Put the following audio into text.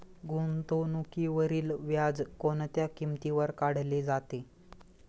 गुंतवणुकीवरील व्याज कोणत्या किमतीवर काढले जाते?